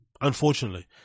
unfortunately